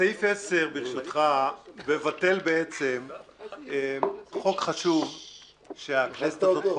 סעיף 10 מבטל חוק חשוב שהכנסת הזאת חוקקה.